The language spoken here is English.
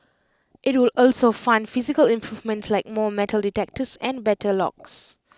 IT would also fund physical improvements like more metal detectors and better locks